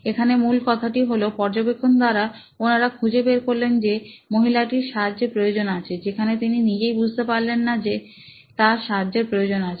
এখানে মূল কথাটি হলো পর্যবেক্ষণ দ্বারা ওনারা খুঁজে বের করলেন যে মহিলাটির সাহায্যের প্রয়োজন আছে যেখানে তিনি নিজেই বুঝতে পারলেন না যে তার সাহায্যের প্রয়োজন আছে